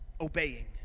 obeying